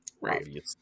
right